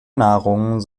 nahrung